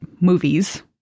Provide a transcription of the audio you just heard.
movies